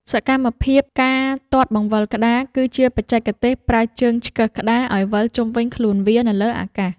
សកម្មភាពការទាត់បង្វិលក្ដារ គឺជាបច្ចេកទេសប្រើជើងឆ្កឹះក្ដារឱ្យវិលជុំវិញខ្លួនវានៅលើអាកាស។